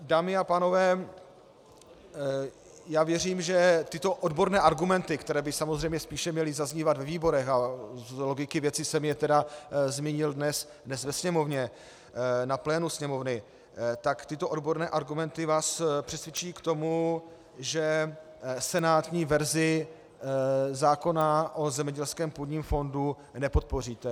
Dámy a pánové, věřím, že tyto odborné argumenty, které by samozřejmě spíše měly zaznívat ve výborech, a z logiky věci jsem je tedy zmínil dnes ve Sněmovně, na plénu Sněmovny, tyto odborné argumenty vás přesvědčí k tomu, že senátní verzi zákona o zemědělském půdním fondu nepodpoříte.